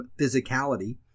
physicality